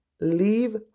Leave